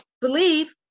Believe